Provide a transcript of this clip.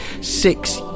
six